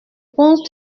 pense